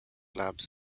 labs